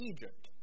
Egypt